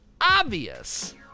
obvious